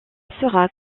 sera